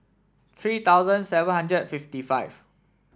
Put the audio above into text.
three thousand seven hundred fifty five